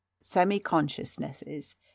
Semi-consciousnesses